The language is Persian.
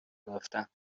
گفتم